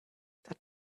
that